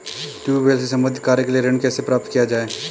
Tubewell से संबंधित कार्य के लिए ऋण कैसे प्राप्त किया जाए?